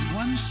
one